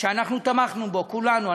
שאנחנו תמכנו בו כולנו.